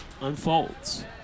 unfolds